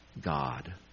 God